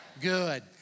Good